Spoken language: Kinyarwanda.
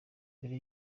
mbere